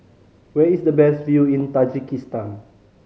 where is the best view in Tajikistan